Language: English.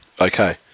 okay